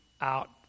out